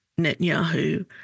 Netanyahu